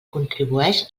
contribueix